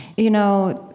you know,